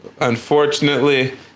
unfortunately